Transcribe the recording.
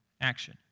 action